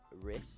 wrist